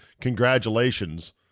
Congratulations